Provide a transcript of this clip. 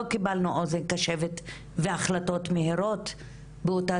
לא קיבלנו אוזן קשבת והחלטות מהירות באותה